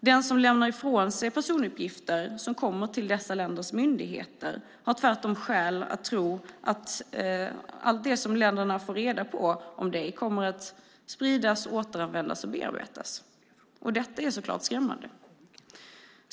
De som lämnar ifrån sig personuppgifter som kommer till dessa länders myndigheter har tvärtom skäl att tro att allt det som länderna får reda på om dem kommer att spridas, återanvändas och bearbetas. Detta är så klart skrämmande.